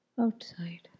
outside